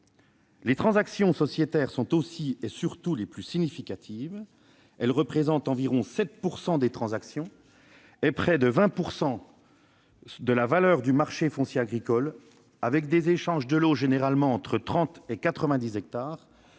Les transactions sociétaires sont aussi et surtout les plus significatives : elles représentent environ 7 % des transactions et près de 20 % de la valeur du marché foncier agricole. Quant aux échanges de lots, ils concernent des surfaces